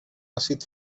àcid